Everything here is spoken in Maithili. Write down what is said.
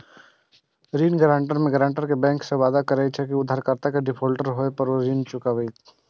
ऋण गारंटी मे गारंटर बैंक सं वादा करे छै, जे उधारकर्ता के डिफॉल्टर होय पर ऊ ऋण चुकेतै